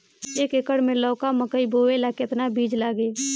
एक एकर मे लौका मकई बोवे ला कितना बिज लागी?